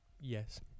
yes